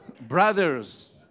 brothers